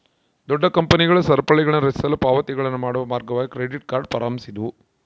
ದೊಡ್ಡ ಕಂಪನಿಗಳು ಸರಪಳಿಗಳನ್ನುರಚಿಸಲು ಪಾವತಿಗಳನ್ನು ಮಾಡುವ ಮಾರ್ಗವಾಗಿ ಕ್ರೆಡಿಟ್ ಕಾರ್ಡ್ ಪ್ರಾರಂಭಿಸಿದ್ವು